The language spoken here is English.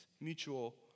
Mutual